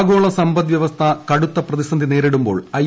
ആഗോള സമ്പദ്വ്യവസ്ഥ കടുത്ത പ്രത്യസ്സ്ഡി നേരിടുമ്പോൾ ഐ